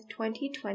2020